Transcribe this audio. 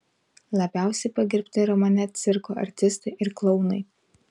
labiausiai pagerbti romane cirko artistai ir klounai